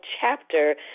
chapter